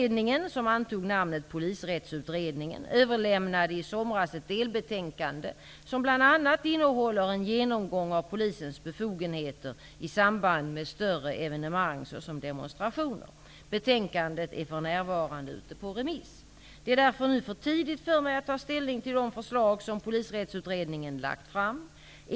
Polisrättsutredningen, överlämnade i somras ett delbetänkande som bl.a. innehåller en genomgång av polisens befogenheter i samband med större evenemang såsom demonstrationer. Betänkandet är för närvarande ute på remiss. Det är därför nu för tidigt för mig att ta ställning till de förslag som Polisrättsutredningen lagt fram.